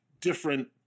different